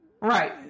Right